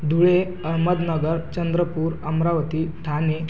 Dhule Ahmednagar Chandrapur Amravati Thane